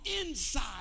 inside